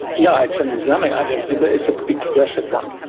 yeah it's an islamic identity, but it's a pretty progressive one.